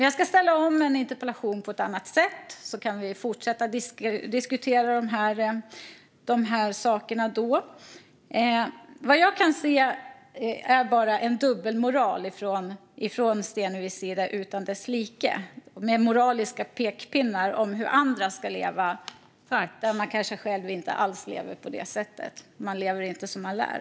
Jag ska ställa en interpellation på ett annat sätt, så kan vi fortsätta att diskutera dessa saker då. Vad jag kan se är bara en dubbelmoral utan dess like från Stenevis sida, med moraliska pekpinnar om hur andra ska leva när man själv kanske inte alls lever på det sättet. Man lever inte som man lär.